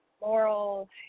moral